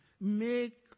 Make